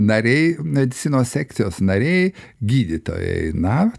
nariai medicinos sekcijos nariai gydytojai na